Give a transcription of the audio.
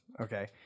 Okay